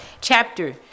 Chapter